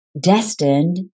Destined